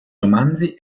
romanzi